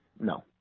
No